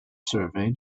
survey